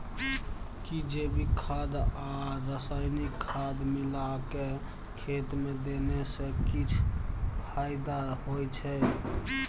कि जैविक खाद आ रसायनिक खाद मिलाके खेत मे देने से किछ फायदा होय छै?